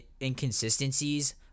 inconsistencies